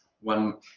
one